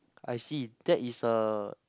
I see that is a